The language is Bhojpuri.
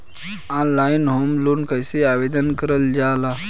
ऑनलाइन होम लोन कैसे आवेदन करल जा ला?